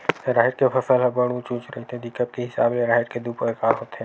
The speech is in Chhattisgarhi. राहेर के फसल ह बड़ उँच उँच रहिथे, दिखब के हिसाब ले राहेर के दू परकार होथे